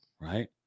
Right